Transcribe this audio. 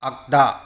आग्दा